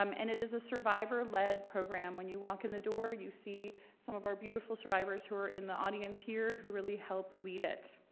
um and it is a survivor-led program. when you walk in the door, you see some of our beautiful survivors who are in the audience here who really help lead it.